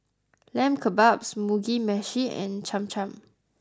Lamb Kebabs Mugi Meshi and Cham Cham